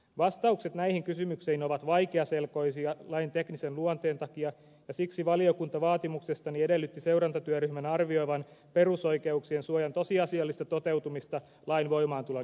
vastaukset näihin kysymyksiin ovat vaikeaselkoisia lain teknisen luonteen takia ja siksi valiokunta vaatimuksestani edellytti seurantatyöryhmän arvioivan perusoikeuksien suojan tosiasiallista toteutumista lain voimaantulon jälkeen